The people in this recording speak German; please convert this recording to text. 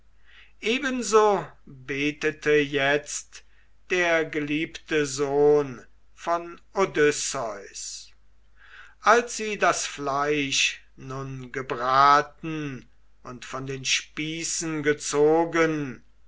betete jetzt der geliebte sohn von odysseus als sie das fleisch nun gebraten und von den spießen gezogen